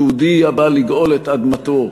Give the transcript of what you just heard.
יהודי הבא לגאול את אדמתו,